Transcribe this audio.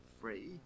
free